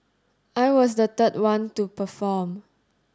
I was the third one to perform